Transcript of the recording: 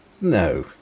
No